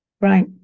Right